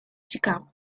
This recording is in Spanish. chicago